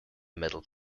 middle